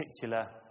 particular